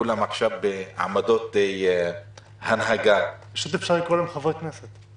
כולם עכשיו בעמדות הנהגה -- פשוט אפשר לקרוא להם "חברי כנסת".